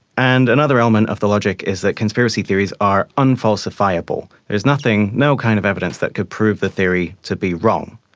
and another element of the logic is that conspiracy theories are unfalsifiable. there is no kind of evidence that could prove the theory to be wrong.